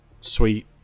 sweet